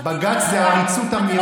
כאן, בג"ץ זה עריצות המיעוט.